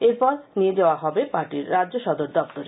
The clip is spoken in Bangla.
এরপর নিয়ে যাওয়া হবে পার্টির রাজ্য সদর দপ্তরে